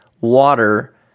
water